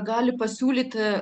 gali pasiūlyti